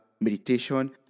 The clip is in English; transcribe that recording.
meditation